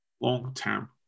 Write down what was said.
long-term